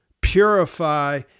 purify